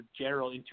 general